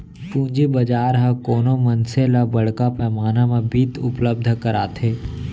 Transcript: पूंजी बजार ह कोनो मनखे ल बड़का पैमाना म बित्त उपलब्ध कराथे